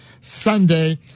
Sunday